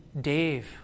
Dave